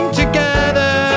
together